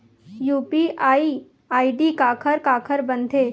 UPI ID काखर काखर बनथे?